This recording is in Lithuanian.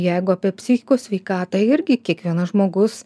jeigu apie psichikos sveikatą irgi kiekvienas žmogus